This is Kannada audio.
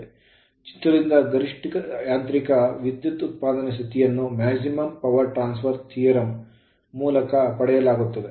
ಚಿತ್ರದಿಂದ ಗರಿಷ್ಠ ಯಾಂತ್ರಿಕ ವಿದ್ಯುತ್ ಉತ್ಪಾದನೆ ಸ್ಥಿತಿಯನ್ನು maximum power transfer theorem ಗರಿಷ್ಠ ವಿದ್ಯುತ್ ವರ್ಗಾವಣೆ ಥಿಯೋರೆಮ್ ಮೂಲಕ ಪಡೆಯಲಾಗುತ್ತದೆ